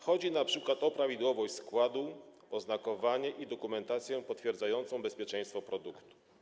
Chodzi np. o prawidłowość składu, oznakowanie i dokumentację potwierdzającą bezpieczeństwo produktu.